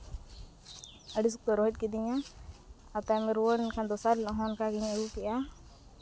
ᱟᱹᱰᱤ ᱥᱚᱠᱛᱚᱭ ᱨᱳᱦᱮᱫ ᱠᱤᱫᱤᱧᱟ ᱟᱨ ᱛᱟᱭᱚᱢᱮ ᱨᱩᱣᱟᱹᱲᱮᱱ ᱠᱷᱟᱱ ᱫᱚᱥᱟᱨ ᱦᱤᱞᱳᱜ ᱦᱚᱸ ᱚᱱᱠᱟ ᱜᱮᱧ ᱟᱹᱜᱩ ᱠᱮᱫᱼᱟ